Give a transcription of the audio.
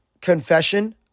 confession